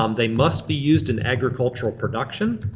um they must be used in agricultural production.